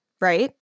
right